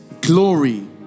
glory